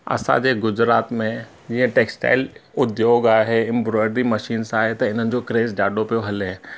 असांजे गुजरात में इहे टेक्स्टाइल उद्योग आहे एम्ब्रॉयड्री मशीन्स आहे त हिननि जो क्रेज़ ॾाढो पियो हले